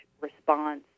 response